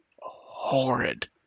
horrid